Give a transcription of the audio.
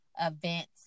events